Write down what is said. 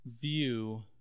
view